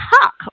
Talk